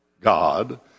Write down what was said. God